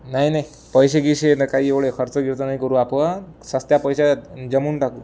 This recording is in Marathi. नाही नाही पैशे गियशे ना काही एवढे खर्च गिर्च नाही करू आपण सस्त्या पैशात जमवून टाकू